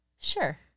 Sure